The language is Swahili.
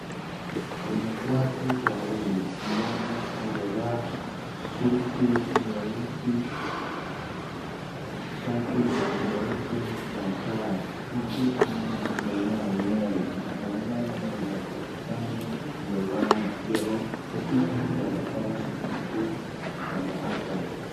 Kuna watu wawili mmoja amevaa suti nyeusi, shati nyeupe na tai huku mwingine amenyoa nywele mwenzao mwenye ako kando amevaa joho huku akionekana mkuu wa mahakama.